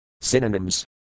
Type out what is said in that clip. Synonyms